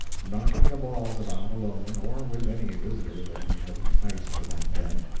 knocking the balls about alone or with any visitor that he had enticed to that den.